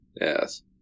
Yes